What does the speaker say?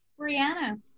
Brianna